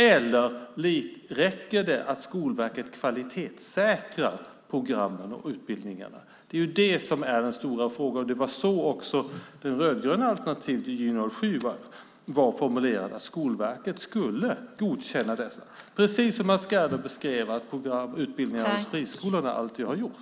Eller räcker det att Skolverket kvalitetssäkrar programmen och utbildningarna? Det är det som är den stora frågan, och det var också så det rödgröna alternativet i Gy 07 var formulerat. Skolverket skulle godkänna dessa, precis så som Mats Gerdau beskrev att utbildningar hos friskolorna alltid har gjort.